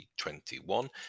2021